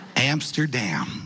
Amsterdam